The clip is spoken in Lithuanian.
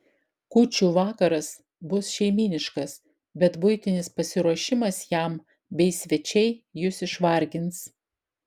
kūčių vakaras bus šeimyniškas bet buitinis pasiruošimas jam bei svečiai jus išvargins